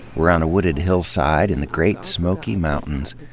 we're on a wooded hillside in the great smoky mountains,